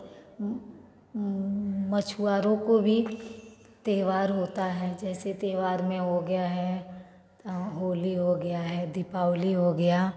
मछुआरों को भी त्योहार होता है जैसे त्योहार में हो गया है होली हो गया है दीपावली हो गया